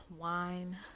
wine